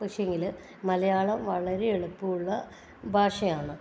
പക്ഷെയെങ്കിൽ മലയാളം വളരെ എളുപ്പമുള്ള ഭാഷയാണ്